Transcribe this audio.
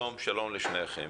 שלום לשניכם.